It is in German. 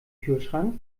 kühlschrank